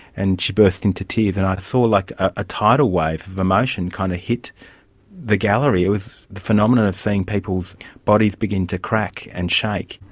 and she burst into tears, and i saw like a tidal wave of emotion kind of hit the gallery, it was the phenomenon of seeing people's bodies begin to crack and shake.